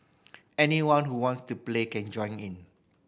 anyone who wants to play can join in